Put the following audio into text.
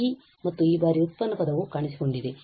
ಮತ್ತು ಈ ಬಾರಿಯ ವ್ಯುತ್ಪನ್ನ ಪದವು ಕಾಣಿಸಿಕೊಂಡಿದೆ